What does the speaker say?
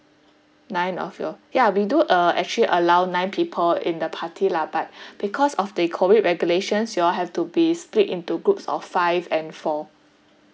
nine of you all ya we do uh actually allow nine people in the party lah but because of the COVID regulations you all have to be split into groups of five and four